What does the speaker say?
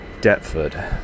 Deptford